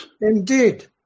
Indeed